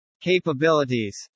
capabilities